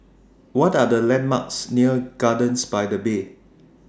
What Are The landmarks near Gardens By The Bay